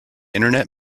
internet